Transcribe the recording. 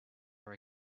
are